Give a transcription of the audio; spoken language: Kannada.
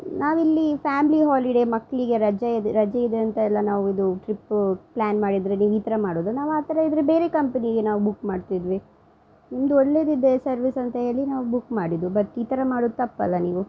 ನಾವಿಲ್ಲಿ ಫ್ಯಾಮ್ಲಿ ಹಾಲಿಡೇ ಮಕ್ಕಳಿಗೆ ರಜೆ ಇದೆ ರಜೆ ಇದೆ ಅಂತೆಲ್ಲಾ ನಾವು ಇದು ಟ್ರಿಪ್ಪು ಪ್ಲಾನ್ ಮಾಡಿದರೆ ನೀವು ಈ ಥರ ಮಾಡೋದ ನಾವು ಆ ಥರ ಇದ್ರೆ ಬೇರೆ ಕಂಪನಿಗೆ ನಾವು ಬುಕ್ ಮಾಡ್ತಿದ್ವಿ ನಿಮ್ದು ಒಳ್ಳೆದಿದೆ ಸರ್ವೀಸ್ ಅಂತ ಹೇಳಿ ನಾವು ಬುಕ್ ಮಾಡಿದ್ದು ಬಟ್ ಈ ಥರ ಮಾಡೋದು ತಪ್ಪಲ್ಲಾ ನೀವು